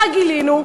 מה גילינו?